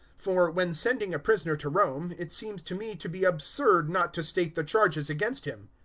for, when sending a prisoner to rome, it seems to me to be absurd not to state the charges against him.